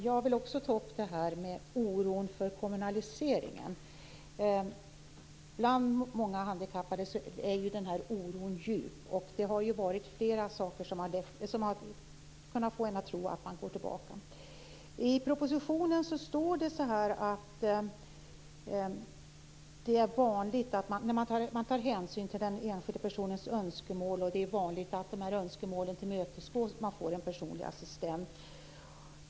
Herr talman! Jag vill ta upp oron för kommunaliseringen. Bland många handikappade är oron stor, och flera saker har kunnat få en att tro att utvecklingen går tillbaka. I propositionen står att hänsyn tas till den enskilde personens önskemål, att det är vanligt att önskemålen uppfylls och att personen får en personlig assistent.